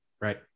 Right